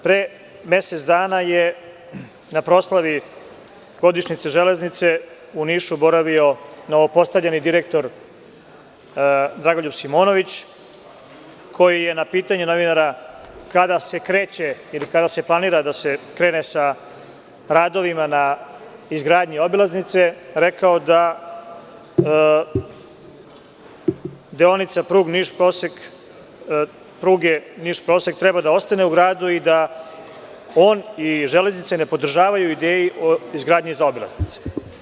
Pre mesec dana je na proslavi godišnjice „Železnice“ u Nišu boravio novopostavljeni direktor Dragoljub Simonović, koji je na pitanje novinara – kada se kreće ili kada se planira da se krene sa radovima na izgradnji obilaznice; rekao da deonica pruge Niš-Prosek, treba da ostane u gradu i da on i „Železnice“ ne podržavaju ideju o izgradnji zaobilaznice.